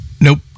Nope